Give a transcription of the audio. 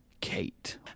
Kate